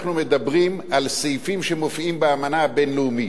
אנחנו מדברים על סעיפים שמופיעים באמנה הבין-לאומית.